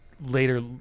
later